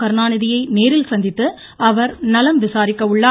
கருணாநிதியை நேரில் சந்தித்து அவர் நலம் விசாரிக்க உள்ளார்